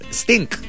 stink